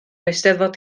eisteddfod